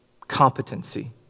competency